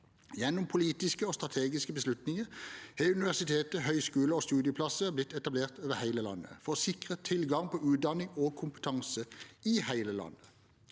Gjennom politiske og strategiske beslutninger har universiteter, høyskoler og studieplasser blitt etablert over hele landet for å sikre tilgang på utdanning og kompetanse i hele landet.